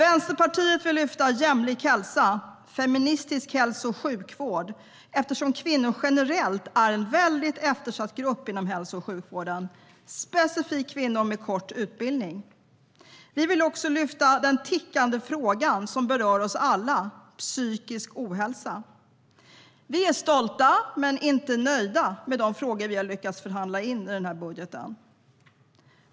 Vänsterpartiet vill lyfta fram jämlik hälsa och feministisk hälso och sjukvård, eftersom kvinnor generellt är en väldigt eftersatt grupp inom hälso och sjukvården, specifikt kvinnor med kort utbildning. Vi vill också lyfta fram den tickande fråga som berör oss alla: psykisk ohälsa. Vi är stolta men inte nöjda vad gäller de frågor vi lyckats förhandla in i budgeten.